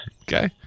okay